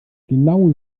genau